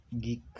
geek